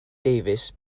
davies